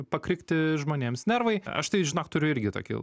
pakrikti žmonėms nervai aš tai žinok turiu irgi tokį